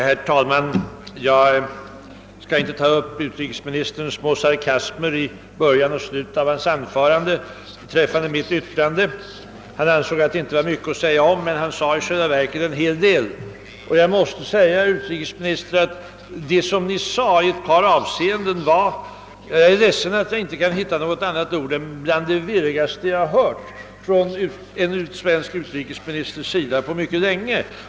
Herr talman! Jag skall inte ta upp de små sarkasmerna i början och slutet av utrikesministerns anförande. Han ansåg att det inte var mycket att säga om mitt förra yttrande, men han sade i själva verket en hel del om det. Jag är ledsen, herr utrikesminister, att jag inte kan finna några andra ord för vad Ni sade än att det var bland det virrigaste jag hört från en svensk utrikesminister på mycket länge.